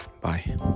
bye